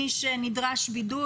מי שנדרש לבידוד,